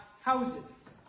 houses